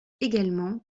également